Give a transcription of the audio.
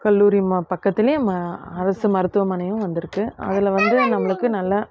கல்லூரி ம பக்கத்திலையே ம அரசு மருத்துவமனையும் வந்திருக்கு அதில் வந்து நம்மளுக்கு நல்லா